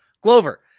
Glover